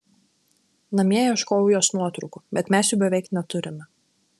namie ieškojau jos nuotraukų bet mes jų beveik neturime